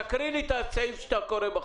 תקריא לי את הסעיף מהחוק.